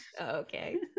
Okay